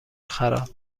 خراب